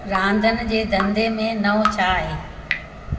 रांदनि जे धंधे मे नओ छा आहे